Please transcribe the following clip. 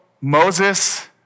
Moses